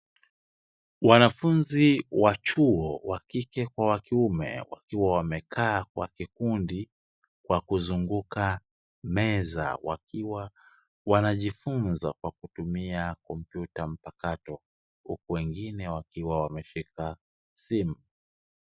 Wanafunzi wa chuo wa kike kwa wa kiume, wakiwa wamekaa kwa kikundi kwa kuzunguka meza, wakiwa wanajifunza kwa kutumia kompyuta mpakato huku wengine wakiwa wameshika simu.